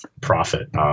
profit